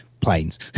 planes